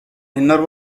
inner